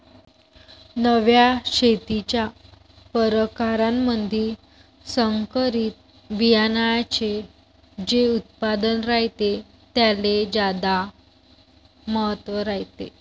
नव्या शेतीच्या परकारामंधी संकरित बियान्याचे जे उत्पादन रायते त्याले ज्यादा महत्त्व रायते